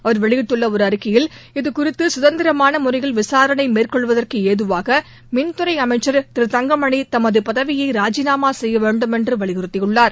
அவர் வெளியிட்டுள்ள ஒரு அறிக்கையில் இதுகுறித்து சுதந்திரமான முறையில் விசாரணை மேற்கொள்வதற்கு ஏதுவாக மின்துறை அமைச்சர் திரு தங்கமணி தமது பதவியை ராஜினாமா செய்ய வேண்டும் என்று வலியுறுத்தியுள்ளார்